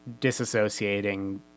disassociating